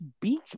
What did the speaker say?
beach